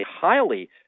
highly